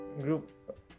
group